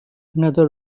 another